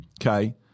okay